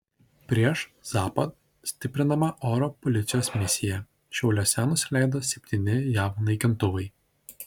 prieš zapad stiprinama oro policijos misija šiauliuose nusileido septyni jav naikintuvai